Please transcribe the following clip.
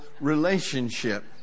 relationship